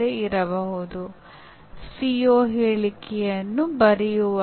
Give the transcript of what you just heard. ಅಂದರೆ ನೀವು ಸಾಮಾಜಿಕ ಸಂವಹನಗಳ ಮೂಲಕ ಉತ್ತಮವಾಗಿ ಕಲಿಯುತ್ತೀರಿ